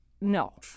No